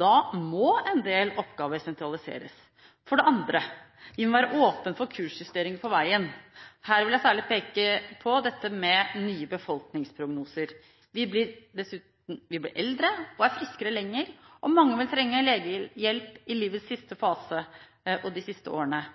Da må en del oppgaver sentraliseres. For det andre: Vær åpen for kursjusteringer på veien. Her vil jeg særlig peke på dette med nye befolkningsprognoser. Vi blir eldre og er friskere lengre, og mange vil trenge legehjelp i livets siste fase og de siste årene.